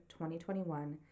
2021